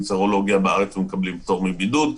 בדיקה סרולוגית בארץ ומקבלים פטור מבידוד.